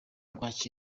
ukwakira